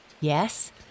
Yes